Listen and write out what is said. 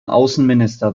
außenminister